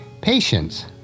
patience